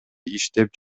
иштеп